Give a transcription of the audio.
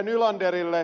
nylanderille